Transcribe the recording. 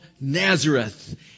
Nazareth